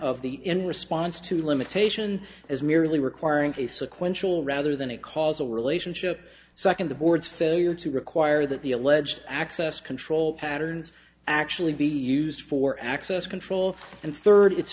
of the in response to limitation as merely requiring a sequential rather than a causal relationship second the board's failure to require that the alleged access control patterns actually be used for access control and third it